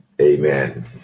Amen